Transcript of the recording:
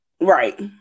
Right